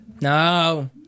No